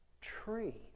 tree